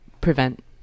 prevent